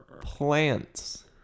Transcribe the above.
plants